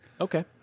Okay